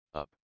up